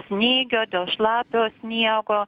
snygio dėl šlapio sniego